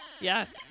yes